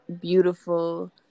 beautiful